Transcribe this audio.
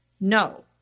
No